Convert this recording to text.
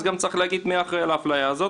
אז גם צריך להגיד מי אחראי על האפליה הזאת.